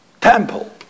temple